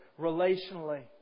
relationally